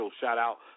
shout-out